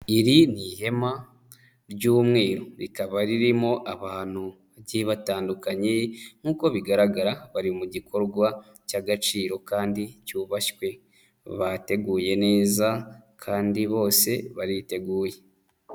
Iri ni ihema ry'umweru rikaba ririmo abantu bagiye batandukanye nk'uko bigaragara, bari mu gikorwa cy'agaciro kandi cyubashywe bateguye neza kandi bose bariteguye.